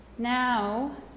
Now